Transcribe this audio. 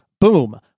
boom